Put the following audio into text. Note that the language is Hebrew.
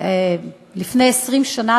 לפני 20 שנה,